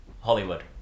Hollywood